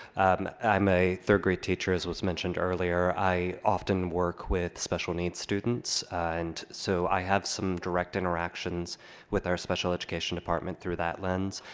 and i'm a third grade teacher as was mentioned earlier. i often work with special needs students, and so i have some direct interactions with our special education department through that lens.